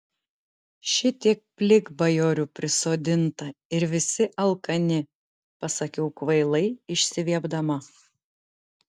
šitiek plikbajorių prisodinta ir visi alkani pasakiau kvailai išsiviepdama